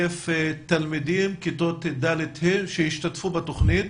תלמידים מכיתות ד'-ה' שהשתתפו בתוכנית.